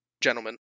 gentlemen